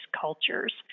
cultures